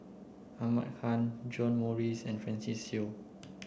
Ahmad Khan John Morrice and Francis Seow